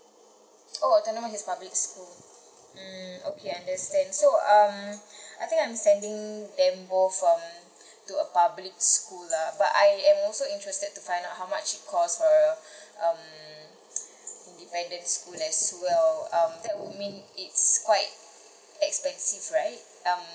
oh autonomous is public school mm okay understand so um I think I am sending them both um to a public school lah but I am also interested to find out how much it cost for um independent school as well um that would mean it's quite expensive right um